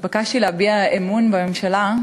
נתבקשתי להביע אמון בממשלה,